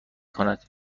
کند